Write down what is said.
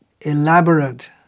elaborate